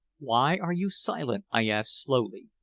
why are you silent? i asked slowly,